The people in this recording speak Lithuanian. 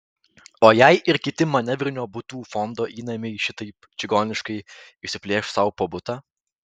o jei ir kiti manevrinio butų fondo įnamiai šitaip čigoniškai išsiplėš sau po butą